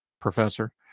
Professor